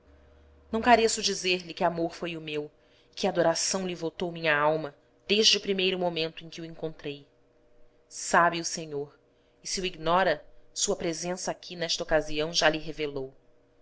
abrasado não careço dizer-lhe que amor foi o meu e que adoração lhe votou minha alma desde o primeiro momento em que o encontrei sabe o senhor e se o ignora sua presença aqui nesta ocasião já lhe revelou